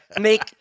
make